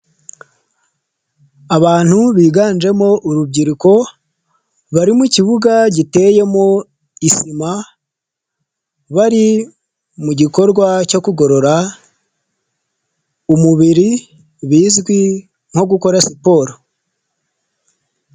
Abantu biganjemo urubyiruko, bari mu kibuga giteyemo isima bari mu gikorwa cyo kugorora umubiri, bizwi nko gukora siporo.